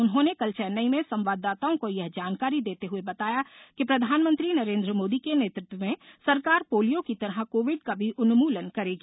उन्होंने कल चेन्नई में संवाददाताओं को यह जानकारी देते हुए बताया कि प्रधानमंत्री नरेन्द्र मोदी के नेतृत्व में सरकार पोलियो की तरह कोविड का भी उन्मूलन करेगी